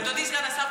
אדוני סגן השר,